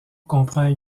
comprend